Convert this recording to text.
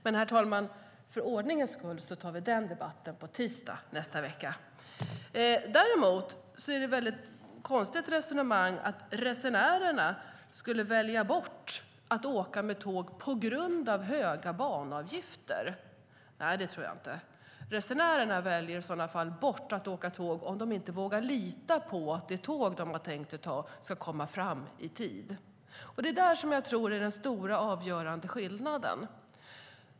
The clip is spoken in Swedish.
Men för ordningens skull tar vi den debatten på tisdag nästa vecka. Att resenärerna skulle välja bort att åka med tåg på grund av höga banavgifter är ett väldigt konstigt resonemang. Nej, det tror jag inte. Resenärerna väljer bort att åka tåg om de inte vågar lita på att tåget kommer fram i tid. Där är den stora och avgörande skillnaden.